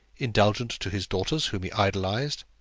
indulgent to his daughters, whom he idolized,